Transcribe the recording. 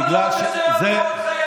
למה אתה לא רוצה שייהרגו עוד חיילים?